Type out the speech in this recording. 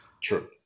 True